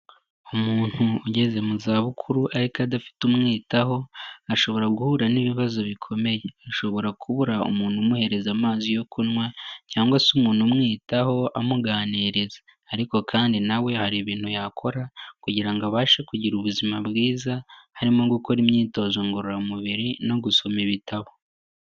Umuntu ugeze mu za bukuru ariko adafite umwitaho ashobora guhura n'ibibazo bikomeye. Ashobora kubura umuntu umuhereza amazi yo kunywa cyangwa se umuntu umwitaho amuganiriza, ariko kandi na we hari ibintu yakora kugira ngo abashe kugira ubuzima bwiza, harimo gukora imyitozo ngororamubiri no gusoma ibitabo.